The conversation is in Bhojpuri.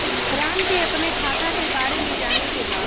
राम के अपने खाता के बारे मे जाने के बा?